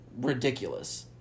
ridiculous